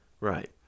Right